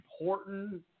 important